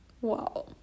wow